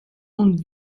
und